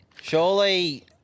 Surely